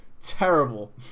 terrible